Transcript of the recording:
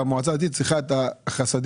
המועצה הדתית צריכה את החסדים,